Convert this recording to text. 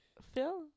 Phil